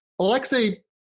Alexei